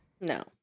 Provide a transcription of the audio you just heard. No